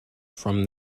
from